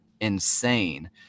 insane